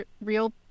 real